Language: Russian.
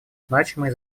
значимые